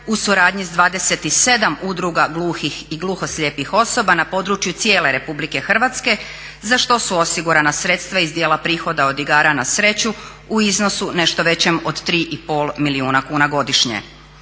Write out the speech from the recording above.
u suradnji sa 27 udruga gluhih i gluhoslijepih osoba na području cijele Republike Hrvatske za što su osigurana sredstva iz dijela prihoda od igara na sreću u iznosu nešto većem od 3,5 milijuna kuna godišnje.